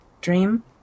dream